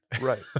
Right